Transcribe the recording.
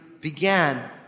began